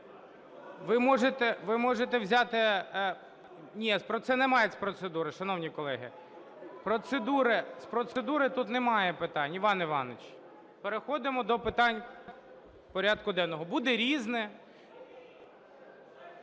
ви можете взяти… Ні, немає з процедури, шановні колеги. З процедури тут немає питань, Іван Іванович. Переходимо до питань порядку денного. Буде "Різне".